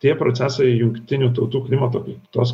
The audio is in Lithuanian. tie procesai jungtinių tautų klimato kaitos